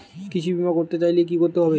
কৃষি বিমা করতে চাইলে কি করতে হবে?